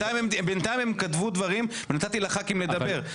בינתיים הם כתבו דברים ונתתי לח"כים לדבר,